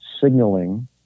signaling